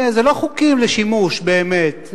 זה לא חוקים לשימוש באמת,